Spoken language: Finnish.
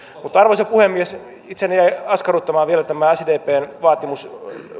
mutta arvoisa puhemies itseäni jäi askarruttamaan vielä tämä sdpn vaatimus